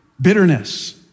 bitterness